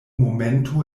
momento